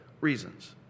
reasons